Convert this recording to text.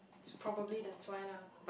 it's probably that's why lah